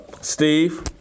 Steve